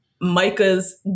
Micah's